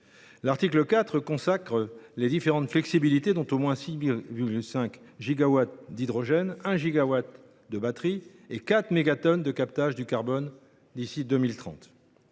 L’article 4 consacre les différentes flexibilités, dont au moins 6,5 gigawatts d’hydrogène, 1 gigawatt de batteries et 4 mégatonnes de captage du carbone d’ici à 2030.